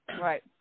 right